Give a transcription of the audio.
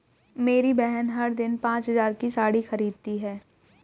मेरी बहन हर दिन पांच हज़ार की साड़ी खरीदती है